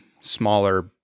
smaller